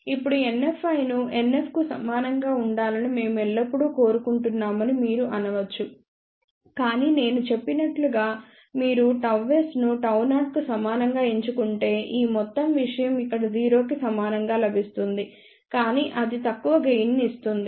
ఇప్పుడు NFi ను NF కు సమానంగా ఉండాలని మేము ఎల్లప్పుడూ కోరుకుంటున్నామని మీరు అనవచ్చు కాని నేను చెప్పినట్లుగా మీరు ΓS ను Γ0 కు సమానంగా ఎంచుకుంటే ఈ మొత్తం విషయం ఇక్కడ 0 కి సమానంగా లభిస్తుంది కాని అది తక్కువ గెయిన్ ని ఇస్తుంది